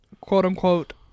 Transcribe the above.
quote-unquote